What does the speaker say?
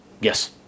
yes